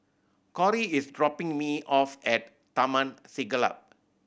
Cory is dropping me off at Taman Siglap